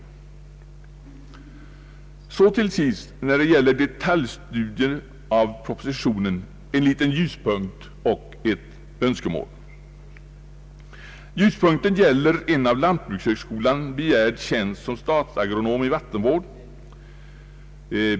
Vid detaljstudier av statsverkspropositionen i dessa frågor finner man till sist en liten ljuspunkt och har ett önskemål. Ljuspunkten gäller en av lantbrukshögskolan begärd tjänst som statsagronom i vattenvård.